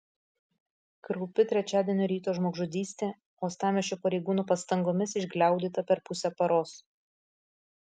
kraupi trečiadienio ryto žmogžudystė uostamiesčio pareigūnų pastangomis išgliaudyta per pusę paros